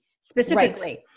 specifically